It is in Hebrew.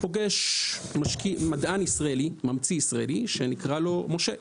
פוגש ממציא ישראלי שנקרא לו משה.